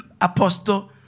apostle